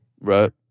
Right